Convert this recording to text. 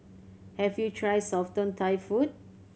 have you tried Southern Thai food